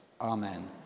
Amen